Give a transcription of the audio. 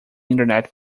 internet